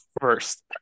First